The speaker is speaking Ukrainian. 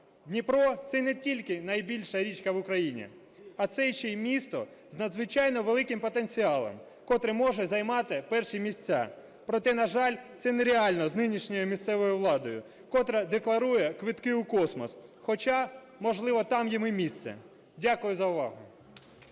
Дніпро – це не тільки найбільша річка в Україні, а це ще і місто з надзвичайно великим потенціалом, котре може займати перші місця. Проте, на жаль, це нереально з нинішньою місцевою владою, котра декларує квитки у космос, хоча, можливо, там їм і місце. Дякую за увагу.